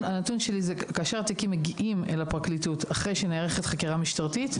כאשר התיקים מגיעים אל הפרקליטות אחרי שנערכת חקירה משטרתית,